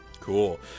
cool